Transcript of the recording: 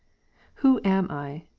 who am i,